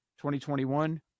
2021